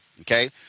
okay